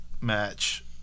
match